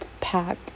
pack